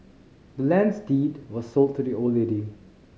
the land's deed was sold to the old lady